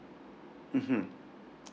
mmhmm